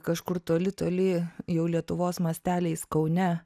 kažkur toli toli jau lietuvos masteliais kaune